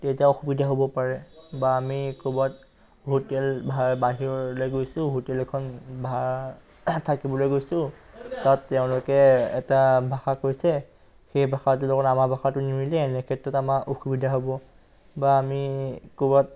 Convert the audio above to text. তেতিয়া অসুবিধা হ'ব পাৰে বা আমি ক'ৰবাত হোটেল বাহিৰলৈ গৈছোঁ হোটেল এখন ভাড়া থাকিবলৈ গৈছোঁ তাত তেওঁলোকে এটা ভাষা কৈছে সেই ভাষাটোৰ লগত আমাৰ ভাষাটো নিমিলে এনে ক্ষেত্ৰত আমাৰ অসুবিধা হ'ব বা আমি ক'ৰবাত